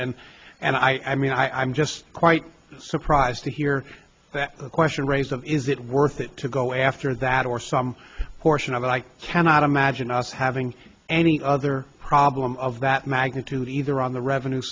and and i mean i'm just quite surprised to hear that question raised is it worth it to go after that or some portion of it i cannot imagine us having any other problem of that magnitude either on the revenue